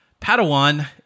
Padawan